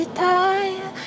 time